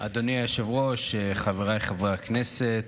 היושב-ראש, חבריי חברי הכנסת,